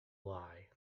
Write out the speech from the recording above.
lie